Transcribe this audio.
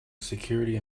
security